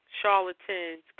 Charlatans